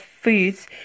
foods